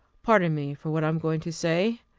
pardon me for what i am going to say.